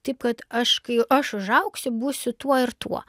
taip kad aš kai aš užaugsiu būsiu tuo ir tuo